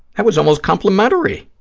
that was almost complimentary.